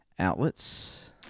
outlets